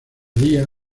día